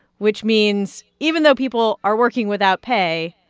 which means even though people are working without pay,